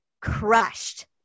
crushed